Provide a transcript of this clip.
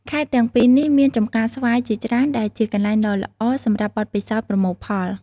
ខេត្តទាំងពីរនេះមានចម្ការស្វាយជាច្រើនដែលជាកន្លែងដ៏ល្អសម្រាប់បទពិសោធន៍ប្រមូលផល។